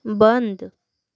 बंद